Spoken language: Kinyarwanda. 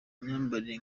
myambarire